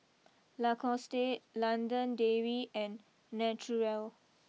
Lacoste London Dairy and Naturel